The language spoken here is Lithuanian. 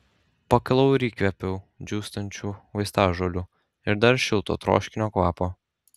pakilau ir įkvėpiau džiūstančių vaistažolių ir dar šilto troškinio kvapo